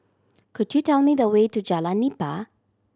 could you tell me the way to Jalan Nipah